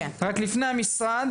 רק לפני המשרד,